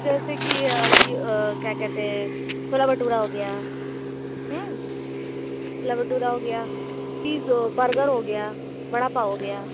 जैसे कि ये क्या कहते हैं छोला भटूरा हो गया छोला भटूरा हो गया चीज़ वो बर्गर हो गया बड़ा पाव हो गया